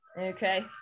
okay